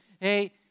Hey